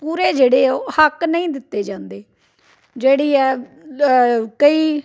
ਪੂਰੇ ਜਿਹੜੇ ਉਹ ਹੱਕ ਨਹੀਂ ਦਿੱਤੇ ਜਾਂਦੇ ਜਿਹੜੀ ਹੈ ਕਈ